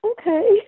Okay